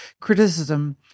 criticism